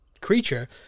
creature